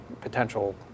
potential